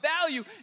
value